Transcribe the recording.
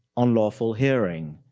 unlawful hearing,